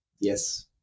yes